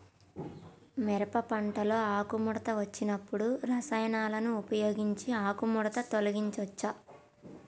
మిరప పంటలో ఆకుముడత వచ్చినప్పుడు రసాయనాలను ఉపయోగించి ఆకుముడత తొలగించచ్చా?